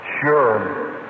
Sure